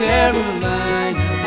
Carolina